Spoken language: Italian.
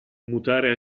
mutare